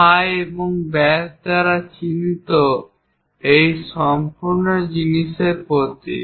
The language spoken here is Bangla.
ফাই এবং ব্যাস দ্বারা চিহ্নিত এই সম্পূর্ণ জিনিস এবং এর প্রতীক